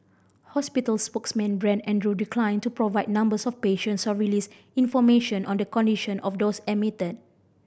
hospital spokesman Brent Andrew declined to provide numbers of patients or release information on the condition of those admitted